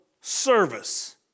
service